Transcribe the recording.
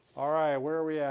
alright, where we yeah